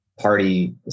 party